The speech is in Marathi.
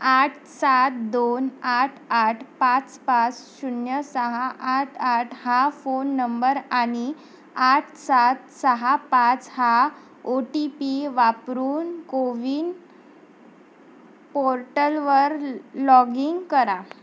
आठ सात दोन आठ आठ पाच पाच शून्य सहा आठ आठ हा फोन नंबर आणि आठ सात सहा पाच हा ओ टी पी वापरून कोविन पोर्टलवर लॉग इन करा